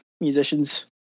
musicians